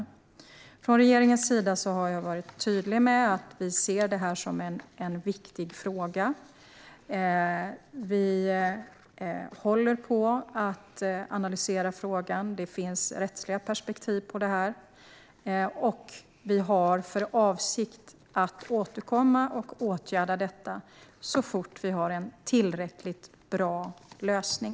Från regeringens sida har jag varit tydlig med att vi ser det här som en viktig fråga. Vi håller på att analysera frågan. Det finns rättsliga perspektiv på det här. Vi har för avsikt att återkomma och åtgärda detta så fort vi har en tillräckligt bra lösning.